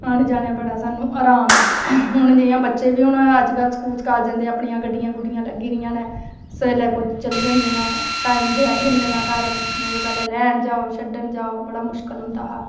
आने जाने दा सानूं बड़ा आराम ऐ हून जियां बच्चे बी होने अज्जकल स्कूल कॉलेज़ जंदे अपनियां गड्डियां लग्गी दियां न सबेल्ला चली जंदे न टाईम दे आई जंदे न घर नेईं तां पैह्लें लेन जाओ छड्डन जाओ बड़ा मुश्कल होंदा हा